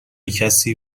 کسی